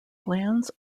glands